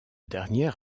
dernière